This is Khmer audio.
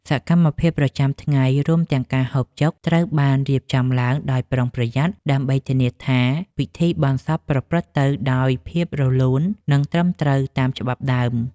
សកម្មភាពប្រចាំថ្ងៃរួមទាំងការហូបចុកត្រូវបានរៀបចំឡើងដោយការប្រុងប្រយ័ត្ន ដើម្បីធានាថាពិធីបុណ្យសពប្រព្រឹត្តទៅដោយភាពរលូន និងត្រឹមត្រូវតាមច្បាប់ដើម។